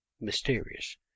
mysterious